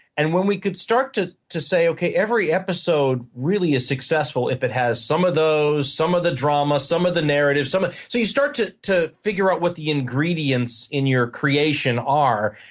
and when we could start to to say okay, every episode really is successful if it has some of those, some of the drama, some of the narrative. so you start to to figure out what the ingredients in your creation are.